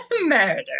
Murder